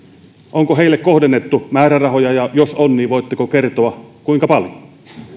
onko heille kohdennettu määrärahoja ja jos on niin voitteko kertoa kuinka paljon